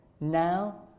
now